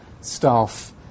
staff